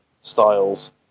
styles